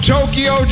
Tokyo